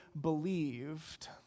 believed